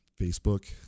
Facebook